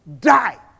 die